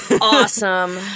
Awesome